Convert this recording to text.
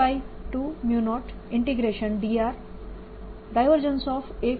તેથી આ 120dr2 120dr